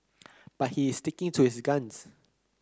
but he is sticking to his guns